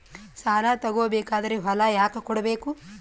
ಸಾಲ ತಗೋ ಬೇಕಾದ್ರೆ ಹೊಲ ಯಾಕ ಕೊಡಬೇಕು?